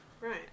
Right